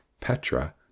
Petra